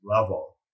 level